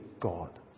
God